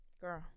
girl